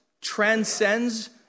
transcends